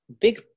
big